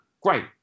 great